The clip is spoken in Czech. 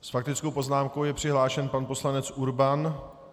S faktickou poznámkou je přihlášen pan poslanec Urban.